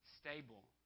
Stable